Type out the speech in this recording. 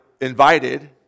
invited